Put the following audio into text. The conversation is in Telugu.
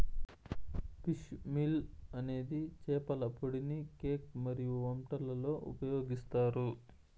ఫిష్ మీల్ అనేది చేపల పొడిని కేక్ మరియు వంటలలో ఉపయోగిస్తారు